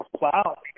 Wow